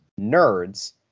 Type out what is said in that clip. Nerds